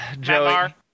joey